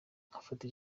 ngafata